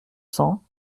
cents